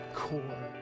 core